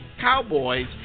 Cowboys